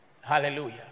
Hallelujah